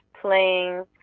playing